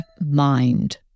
mind